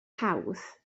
hawdd